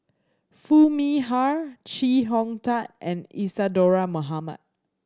Foo Mee Har Chee Hong Tat and Isadhora Mohamed